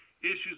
issues